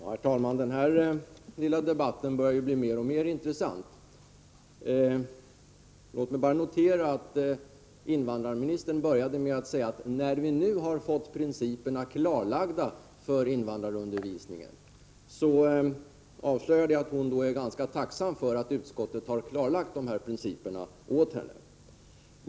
Herr talman! Den här lilla debatten börjar bli mer och mer intressant. Låt mig bara notera att invandrarministern började med att säga: När vi nu har fått principerna klarlagda för invandrarundervisningen ———. Det avslöjar att hon är ganska tacksam för att utskottet har klarlagt dessa principer åt henne.